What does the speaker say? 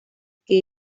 que